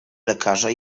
lekarza